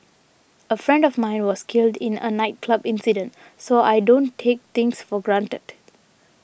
a friend of mine was killed in a nightclub incident so I don't take things for granted